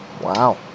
wow